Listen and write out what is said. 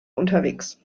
unterwegs